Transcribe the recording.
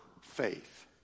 faith